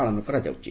ପାଳନ କରାଯାଇଛି